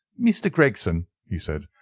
mr. gregson, he said,